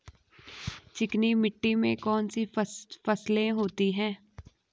चिकनी मिट्टी में कौन कौन सी फसलें होती हैं?